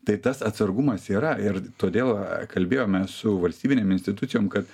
tai tas atsargumas yra ir todėl kalbėjom mes su valstybinėm institucijom kad